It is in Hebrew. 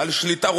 על שליטה.